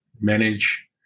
manage